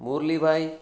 Muralibhai